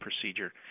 procedure